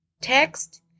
text